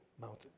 mountain